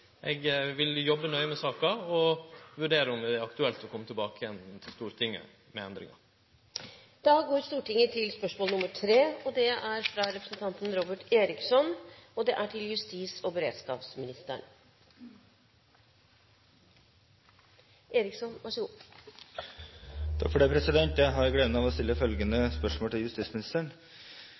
Eg vil jobbe nøye med saka og vurdere om det er aktuelt å kome tilbake til Stortinget med endringar. Jeg har gleden av å stille følgende spørsmål til justisministeren: